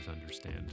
understand